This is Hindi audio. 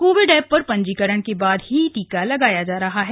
कोविड एप पर पंजीकरण के बाद ही टीका लगाया जा रहा है